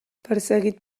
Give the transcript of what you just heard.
perseguit